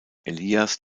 elias